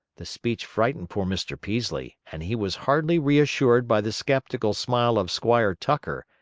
the speech frightened poor mr. peaslee, and he was hardly reassured by the skeptical smile of squire tucker,